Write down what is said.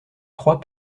trois